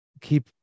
keep